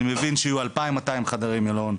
אני מבין שיהיו 2,200 חדרי מלון.